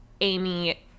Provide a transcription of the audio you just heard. Amy